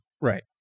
right